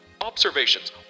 Observations